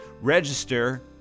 register